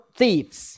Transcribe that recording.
thieves